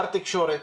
לשר התקשורת